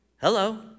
Hello